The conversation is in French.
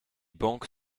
banque